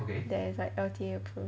that is like L_T_A approved